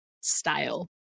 style